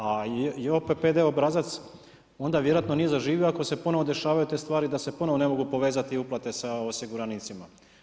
A JOPPD obrazac onda vjerojatno nije zaživio, ako se ponovo dešavaju te stvari da se ponovo ne mogu povezati uplate sa osiguranicima.